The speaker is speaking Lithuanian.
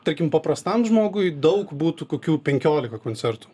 tarkim paprastam žmogui daug būtų kokių penkiolika koncertų